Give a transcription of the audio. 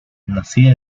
nacida